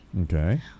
okay